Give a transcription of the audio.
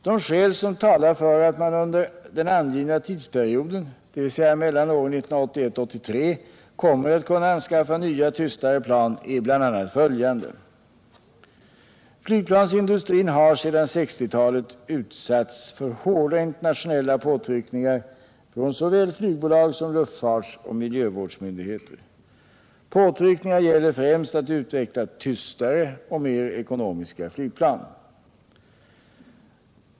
De skäl som talar för att man under den angivna tidsperioden — dvs. åren 1981-1983 - kommer att kunna anskaffa nya, tystare flygplan är bl.a. följande. Flygplansindustrin har sedan 1960-talet utsatts för hårda internationella påtryckningar från såväl flygbolag som luftfartsoch miljövårdsmyndigheter. Påtryckningarna gäller främst att utveckla tystare och mer ekonomiska flygplan.